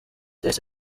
yahise